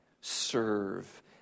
serve